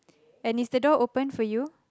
and is the door open for you